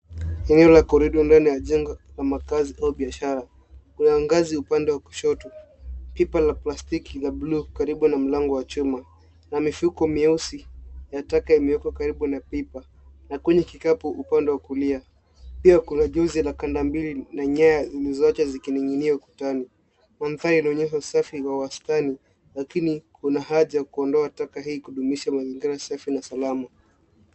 Eneo la corridor mbele ya jengo na makazi au biashara. Kuna ngazi upande wa kushoto, pipa la plastiki la bluu karibu na mlango wa chuma na mifuko mieusi ya taka imewekwa karibu na pipa , na kwenye kikapu upande wa kulia. Pia jonzi la kanda mbili na nyaya zote zikining'inia ukutani. Mandhari inaonyesha usafi wa wastani, lakini kuna haja ya kuondoa taka hii kudumisha mazingira safi na salama.